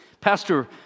Pastor